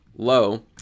Low